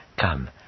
Come